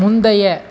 முந்தைய